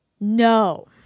No